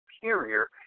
superior